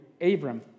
Abram